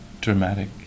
dramatic